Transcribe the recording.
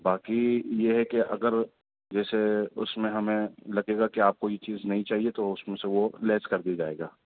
باکی یہ ہے کہ اگر جیسے اس میں ہمیں لگے گا کہ آپ کو یہ چیز نہیں چاہیے تو اس میں سے وہ لیس کر دیا جائے گا